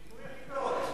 נבנו יחידות.